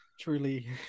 Truly